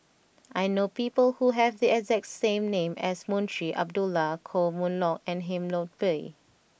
I know people who have the exact same name as Munshi Abdullah Koh Mun Hong and Lim Chor Pee